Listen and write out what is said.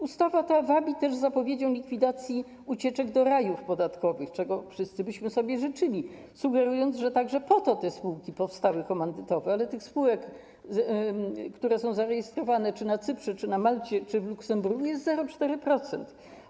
Ustawa ta wabi też zapowiedzią likwidacji ucieczek do rajów podatkowych, czego wszyscy byśmy sobie życzyli, sugerując, że także po to te spółki komandytowe powstały, ale tych spółek komandytowych, które są zarejestrowane czy na Cyprze, czy na Malcie, czy w Luksemburgu, jest w ogóle 0,4%.